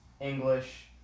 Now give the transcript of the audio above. English